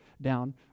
down